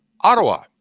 Ottawa